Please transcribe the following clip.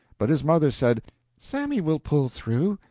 but his mother said sammy will pull through.